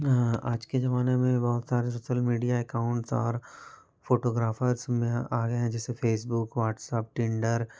आजके ज़माने में बहुत सारे सोसल मीडिया एकाउंट्स और फ़ोटोग्राफ़र्ज़ में आ गए हैं जैसे फ़ेसबुक व्हाट्सअप टिंडर